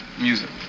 music